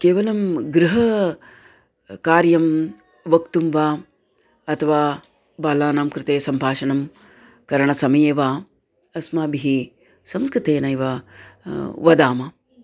केवलं गृहकार्यं वक्तुं वा अथवा बालानां कृते सम्भाषणं करणसमये वा अस्माभिः संस्कृतेनैव वदामः